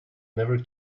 never